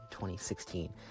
2016